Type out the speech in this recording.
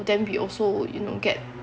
then we also you know get